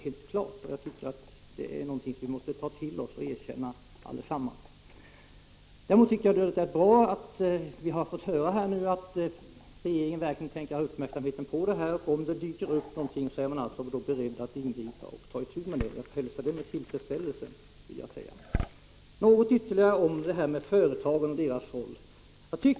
Det tycker jag är någonting som vi alla måste ta till oss och erkänna. Däremot är det bra att vi nu har fått höra att man i regeringen verkligen tänker ha uppmärksamheten riktad på en sådan här utveckling och att Sverige inte kommer att delta om något projekt skulle visa sig ha militär anknytning. Jag hälsar detta med tillfredsställelse. Jag vill ytterligare något kommentera frågan om företagen och deras roll i sammanhanget.